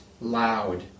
loud